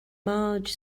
marge